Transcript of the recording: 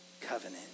covenant